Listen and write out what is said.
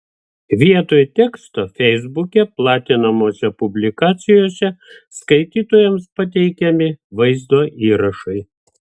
vietoj teksto feisbuke platinamose publikacijoje skaitytojams pateikiami vaizdo įrašai